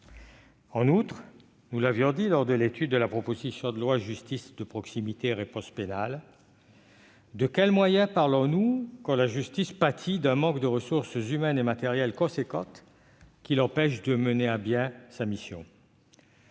avions posé la question lors de l'examen de la proposition de loi Justice de proximité et réponse pénale : de quels moyens parlons-nous quand la justice pâtit d'un manque de ressources humaines et matérielles importantes, qui l'empêchent de mener à bien sa mission ?